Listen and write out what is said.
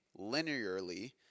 linearly